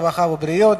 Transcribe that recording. הרווחה והבריאות.